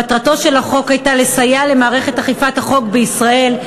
מטרתו של החוק הייתה לסייע למערכת אכיפת החוק בישראל,